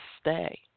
stay